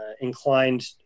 inclined